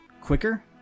quicker